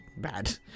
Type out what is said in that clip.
bad